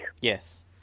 Yes